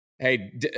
Hey